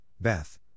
Beth